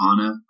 Anna